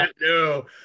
No